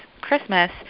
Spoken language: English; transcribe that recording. Christmas